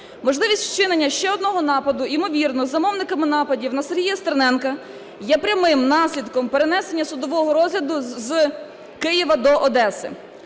Можливість вчинення ще одного нападу ймовірно з замовниками нападів на Сергія Стерненка є прямим наслідком перенесення судового розгляду з Києва до Одеси.